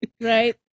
right